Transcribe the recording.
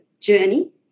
journey